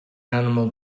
animal